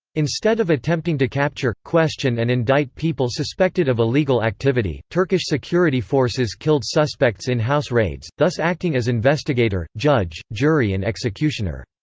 instead of attempting to capture, question and indict people suspected of illegal activity, turkish security forces killed suspects in house raids, thus acting as investigator, judge, jury and executioner.